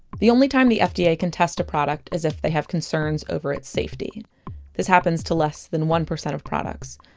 the only time the fda can test a product is if they have concerns over its safety this happens to less than one percent of products.